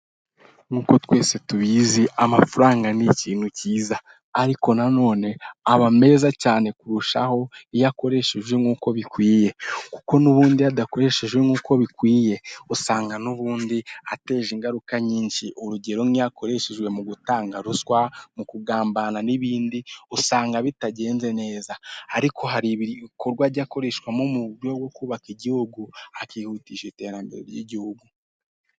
Nk'uko twese tubizi amafaranga ni ikintu cyiza ariko na none aba meza cyane kurushaho iyo akoreshejwe nk'uko bikwiye, kuko n'ubundi iyo adakoreshejwe nk'uko bikwiye, usanga n'ubundi ateje ingaruka nyinshi. Urugero nk'iyo akoreshejwe mu gutanga ruswa, mu kugambana n'ibindi usanga bitagenze neza, ariko hari ibikorwa ajya akoreshwamo mu buryo bwo kubaka igihugu, akihutisha iterambere ry'igihugu.